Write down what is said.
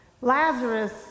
Lazarus